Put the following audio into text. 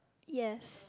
yes